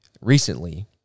recently